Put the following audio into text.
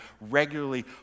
regularly